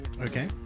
Okay